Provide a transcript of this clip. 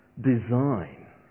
design